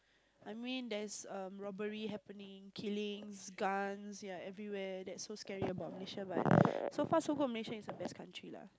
I mean that's a robbery happening killing gun yeah everywhere that is so scary about Malaysia but so far so good Malaysia is the best country lah